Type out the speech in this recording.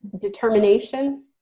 determination